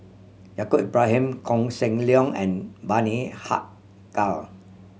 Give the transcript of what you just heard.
Yaacob Ibrahim Koh Seng Leong and Bani Haykal